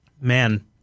Man